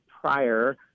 prior